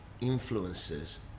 Influences